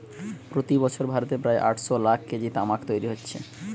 প্রতি বছর ভারতে প্রায় আটশ লাখ কেজি তামাক তৈরি হচ্ছে